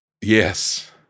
Yes